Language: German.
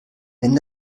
wenn